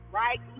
right